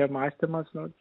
mąstymas nu